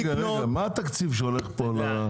רגע, מה התקציב שהולך פה?